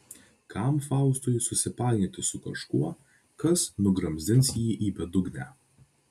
kam faustui susipainioti su kažkuo kas nugramzdins jį į bedugnę